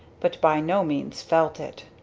but by no means felt it.